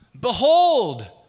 Behold